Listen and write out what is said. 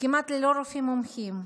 כמעט ללא רופאים מומחים,